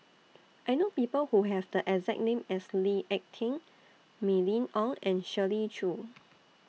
I know People Who Have The exact name as Lee Ek Tieng Mylene Ong and Shirley Chew